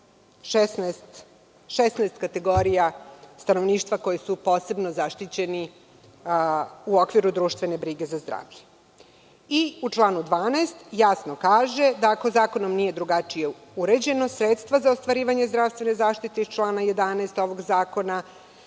16 kategorija stanovništva koji su posebno zaštićeni u okviru društvene brige za zdravlje.U članu 12. se jasno kaže da ako zakonom nije drugačije uređeno, sredstva za ostvarivanje zdravstvene zaštite iz člana 11. ovog zakona